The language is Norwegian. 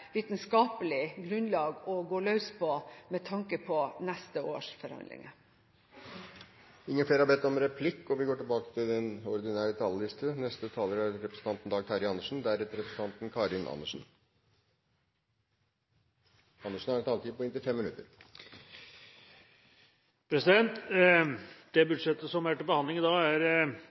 vitenskapelig grunnlag å gå løs på, med tanke på neste års forhandlinger. Replikkordskiftet er over. Det budsjettet som er til behandling i dag, er